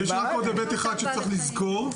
יש עוד היבט אחד שצריך לזכור.